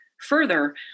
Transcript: Further